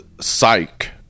psych